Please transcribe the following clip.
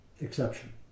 exception